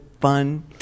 fun